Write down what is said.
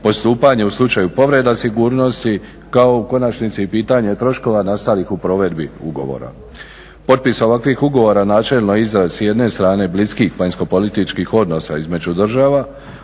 postupanje u slučaju povreda sigurnosti kao u konačnici pitanje troškova nastalih u provedbi ugovora. Potpise ovih ugovora načelno je izraz s jedne strane bliskih vanjskopolitičkih odnosa između država,